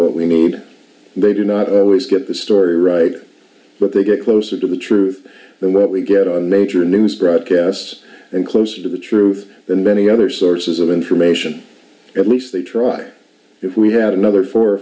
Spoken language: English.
what we need and they do not always get the story right but they get closer to the truth than what we get on major news broadcasts and closer to the truth than many other sources of information at least they try if we had another four or